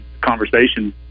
conversation